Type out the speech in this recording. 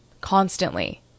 constantly